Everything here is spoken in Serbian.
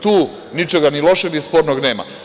Tu ničega ni lošeg ni spornog nema.